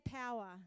power